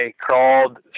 crawled